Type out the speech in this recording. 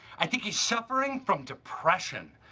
i think he's suffering from depression.